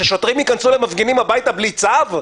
ששוטרים ייכנסו למפגינים הביתה בלי צו?